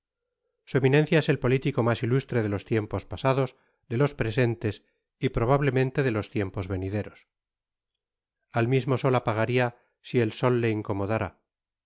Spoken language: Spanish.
su eminencia es el politico mas ilustre de los tiempos pasados de los presentes y probablemente de los tiempos venideros al mismo sol apagaria si el sol le incomodára